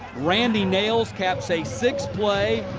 randy nails caps a six play,